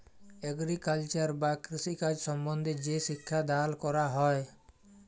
agriculture বা কৃষিকাজ সম্বন্ধে যে শিক্ষা দাল ক্যরা হ্যয়